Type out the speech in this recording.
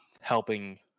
helping